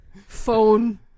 Phone